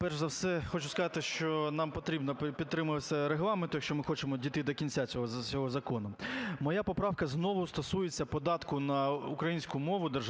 11:25:04 ПИСАРЕНКО В.В. Перш за все хочу сказати, що нам потрібно притримуватися Регламенту, якщо ми хочемо дійти до кінця цього закону. Моя поправка знову стосується податку на українську мову державну,